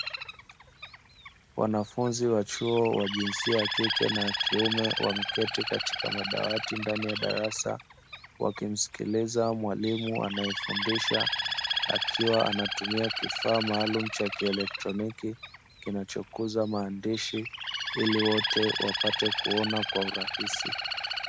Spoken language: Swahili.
wanafunzi wa chuo wa jinsia ya kike na kiume wameketi katika madawati ndani ya darasa wakimsikiliza mwalimu anayefundisha akiwa anatumia kifaa maalumu cha kielektroniki kinachokuza maandishi ili wote wapate kuona kwa urahisi.